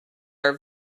are